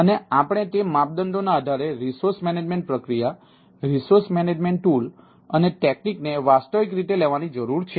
અને આપણે તે માપદંડોના આધારે રિસોર્સ મેનેજમેન્ટ પ્રક્રિયા રિસોર્સ મેનેજમેન્ટ ટૂલ અને ટેક્નિક ને વાસ્તવિક રીતે લેવાની જરૂર છે